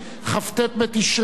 כ"ט בתשרי